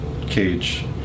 Cage